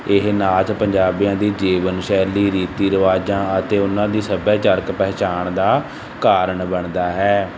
ਇਹ ਨਾਚ ਪੰਜਾਬੀਆਂ ਦੀ ਜੀਵਨ ਸ਼ੈਲੀ ਰੀਤੀ ਰਿਵਾਜ਼ਾਂ ਅਤੇ ਉਹਨਾਂ ਦੀ ਸੱਭਿਆਚਾਰਕ ਪਹਿਚਾਣ ਦਾ ਕਾਰਣ ਬਣਦਾ ਹੈ